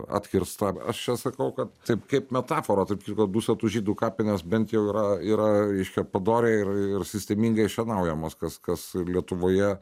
atkirsta aš čia sakau kad taip kaip metafora tarp kitko dusetų žydų kapinės bent jau yra yra reiškia padoriai ir ir sistemingai šienaujamos kas kas lietuvoje